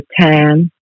time